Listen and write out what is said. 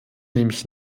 nämlich